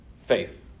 Faith